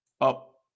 up